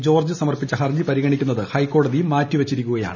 George സമർപ്പിച്ച ഹർജി പരിഗണിക്കുന്നത് ഹൈക്കോടതി മാറ്റിവച്ചിരിക്കുകയാണ്